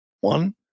One